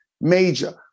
major